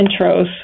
intros